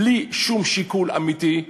בלי שום שיקול אמיתי,